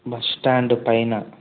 bus stand పైన